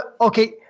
Okay